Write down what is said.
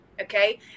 Okay